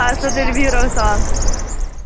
اَدٕ سا تُِیو بِہِو رۅبَس حَوال